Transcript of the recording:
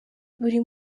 buri